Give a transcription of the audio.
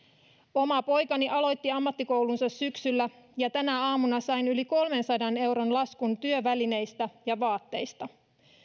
oma poikani aloitti ammattikoulunsa syksyllä ja tänä aamuna sain yli kolmensadan euron laskun työvälineistä ja vaatteista